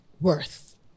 worth